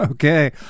Okay